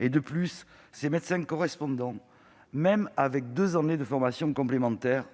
En outre, ces médecins correspondants, même avec deux années de formation complémentaires,